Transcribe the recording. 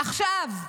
עכשיו.